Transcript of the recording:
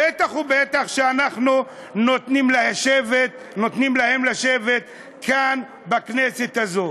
בטח ובטח שאנחנו נותנים להם לשבת כאן, בכנסת הזו,